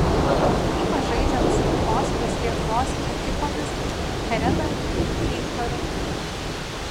ypač žaidžiant su pirmosiomis lietuvos ekipomis kareda inkaru